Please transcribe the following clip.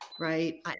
right